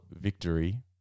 victory